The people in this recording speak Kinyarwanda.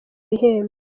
bihembo